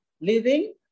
living